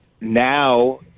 now